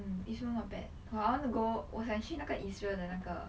mm this one not bad I want to go 我想去那个 israel 的那个